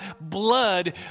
blood